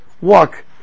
walk